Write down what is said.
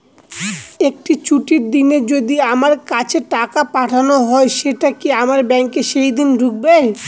একটি ছুটির দিনে যদি আমার কাছে টাকা পাঠানো হয় সেটা কি আমার ব্যাংকে সেইদিন ঢুকবে?